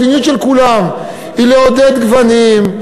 המדיניות של כולם היא לעודד גוונים,